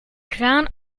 kraan